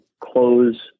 close